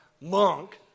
monk